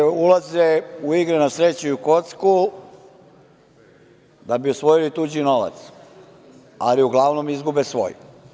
Kockari ulaze u igre na sreću i u kocku da bi osvojili tuđi novac, ali uglavnom izgube svoj.